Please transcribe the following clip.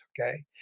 okay